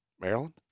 Maryland